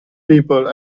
people